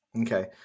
Okay